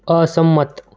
અસંમત